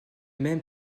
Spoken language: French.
même